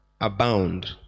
abound